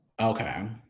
okay